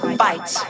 fight